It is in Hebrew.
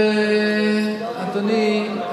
אדוני,